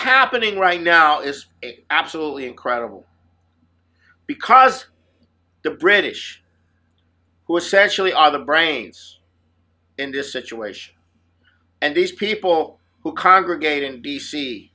happening right now is absolutely incredible because the british who essentially are the brains in this situation and these people who congregate in d